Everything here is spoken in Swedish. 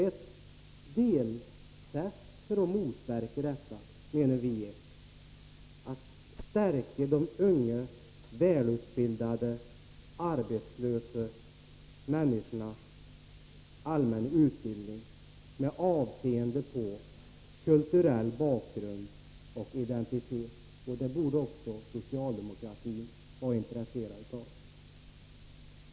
Ett sätt av många att motverka detta menar vi skulle vara att förbättra de unga välutbildade, men arbetslösa, människornas allmänna utbildning med avseende på kulturell bakgrund och identitet. Det borde även socialdemokraterna vara intresserade av.